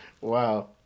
wow